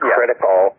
critical